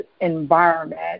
environment